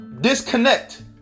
disconnect